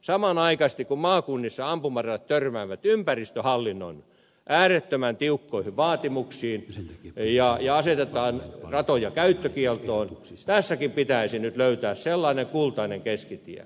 samanaikaisesti kun maakunnissa ampumaradat törmäävät ympäristöhallinnon äärettömän tiukkoihin vaatimuksiin ja asetetaan ratoja käyttökieltoon tässäkin pitäisi nyt löytää sellainen kultainen keskitie